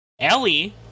Ellie